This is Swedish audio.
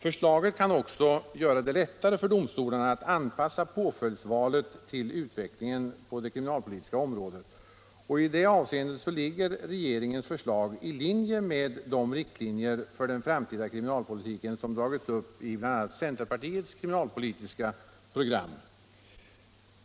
Förslaget kan också göra det lättare för domstolarna att anpassa påföljdsvalet till utvecklingen på det kriminalpolitiska området. I det avseendet ligger regeringens förslag i linje med de riktlinjer för den framtida kriminalpolitiken som dragits upp i centerpartiets kriminalpolitiska program.